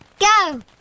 go